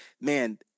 man